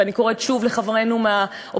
ואני קוראת שוב לחברינו מהאופוזיציה,